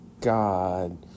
God